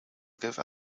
give